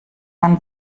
man